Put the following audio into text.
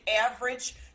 average